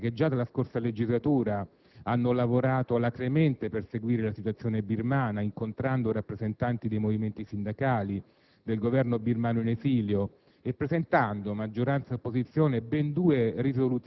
con la convinzione mia e delle colleghe e dei colleghi, che già dalla scorsa legislatura hanno lavorato alacremente per seguire la situazione birmana, incontrando rappresentanti dei movimenti sindacali del Governo birmano in esilio